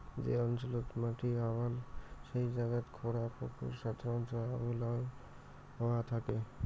যে অঞ্চলত মাটি আউয়াল সেই জাগাত খোঁড়া পুকুর সাধারণত আউয়াল হয়া থাকে